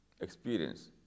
experience